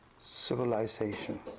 civilization